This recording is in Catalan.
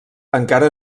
encara